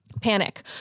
panic